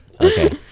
okay